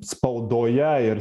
spaudoje ir